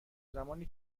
زمانی